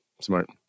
Smart